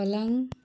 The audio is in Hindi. पलंग